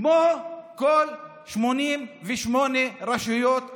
כמו כל 88 הרשויות הערביות.